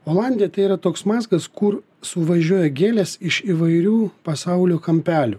olandija tai yra toks mazgas kur suvažiuoja gėlės iš įvairių pasaulio kampelių